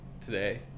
today